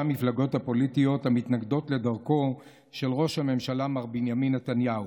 המפלגות הפוליטיות המתנגדות לדרכו של ראש הממשלה מר בנימין נתניהו.